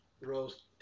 rose